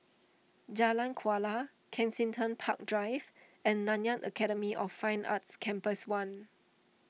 Jalan Kuala Kensington Park Drive and Nanyang Academy of Fine Arts Campus one